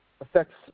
affects